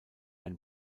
ein